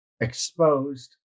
exposed